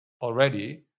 already